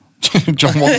John